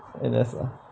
N_S lah